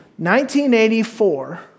1984